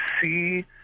see